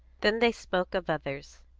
then they spoke of others,